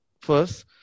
first